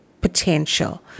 potential